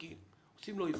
בודקים, עושים לו אבחון,